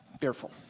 Fearful